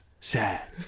Sad